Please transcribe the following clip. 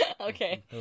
Okay